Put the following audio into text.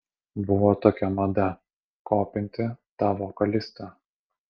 buvo tokia mada kopinti tą vokalistą